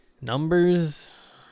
Numbers